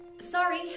Sorry